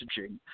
messaging